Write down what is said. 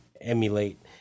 emulate